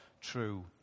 true